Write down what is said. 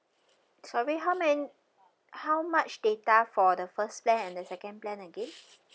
sorry how man~ how much data for the first plan and the second plan again